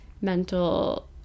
mental